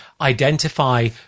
identify